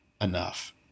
enough